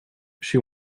she